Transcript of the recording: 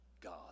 God